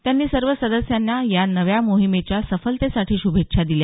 त्यांनी सर्व सदस्यांना या नव्या मोहिमेच्या सफलतेसाठी श्भेच्छा दिल्या